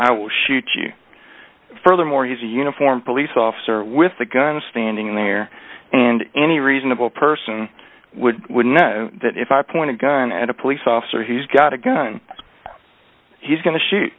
i will shoot you furthermore he's a uniformed police officer with a gun standing there and any reasonable person would know that if i pointed gun at a police officer he's got a gun he's going to shoot